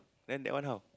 then that one how